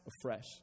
afresh